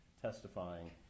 testifying